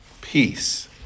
peace